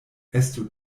estu